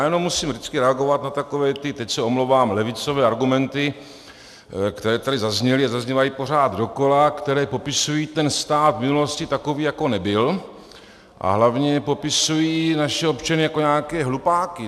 Musím vždycky reagovat na takové ty, teď se omlouvám, levicové argumenty, které tady zazněly a zaznívají pořád dokola, které popisují ten stát v minulosti takový, jak nebyl, a hlavně popisují naše občany jako nějaké hlupáky.